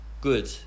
good